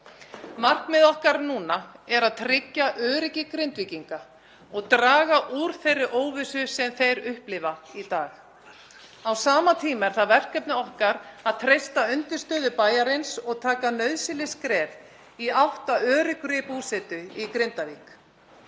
Markmið okkar núna er að tryggja öryggi Grindvíkinga og draga úr þeirri óvissu sem þeir upplifa í dag. Á sama tíma er það verkefni okkar að treysta undirstöðu bæjarins og taka nauðsynleg skref í átt að öruggri búsetu í Grindavík.